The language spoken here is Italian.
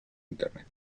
internet